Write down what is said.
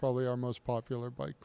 probably our most popular bike